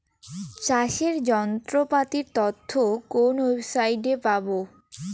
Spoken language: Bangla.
চাষের যন্ত্রপাতির তথ্য কোন ওয়েবসাইট সাইটে পাব?